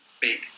big